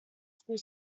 school